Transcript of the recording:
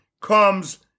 comes